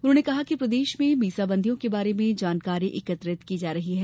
उन्होंने कहा कि प्रदेश में मीसाबंदियों के बारे में जानकारी एकत्रित की जा रही है